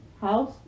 house